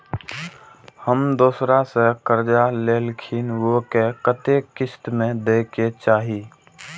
हम दोसरा से जे कर्जा लेलखिन वे के कतेक किस्त में दे के चाही?